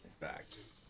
Facts